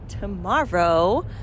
tomorrow